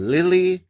Lily